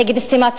נגד סתימת פיות,